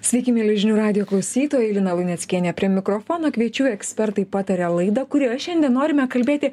sveiki mieli žinių radijo klausytojai lina luneckienė prie mikrofono kviečiu į ekspertai pataria laidą kurioje šiandien norime kalbėti